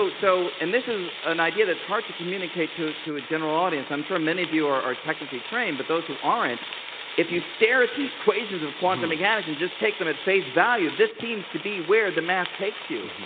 so so, and this is an idea that is hard to communicate to to a general audience. i'm sure many of you are are technically trained, but those who aren't if you stare at the equations of quantum mechanics and just take them at face value, this seems to be where the math takes you.